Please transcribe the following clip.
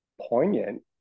poignant